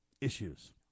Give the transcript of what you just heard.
issues